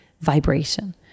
vibration